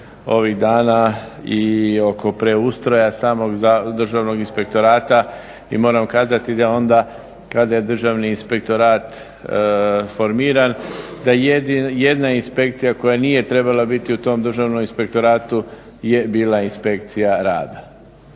ovih dana i oko preustroja samog Državnog inspektorata i moram kazati da onda kada je Državni inspektorat formiran, da jedna inspekcija koja nije trebala biti u tom Državnom inspektoratu je bila Inspekcija rada.